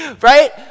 right